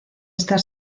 estar